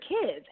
kids